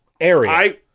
area